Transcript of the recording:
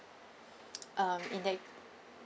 um in that